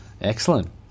Excellent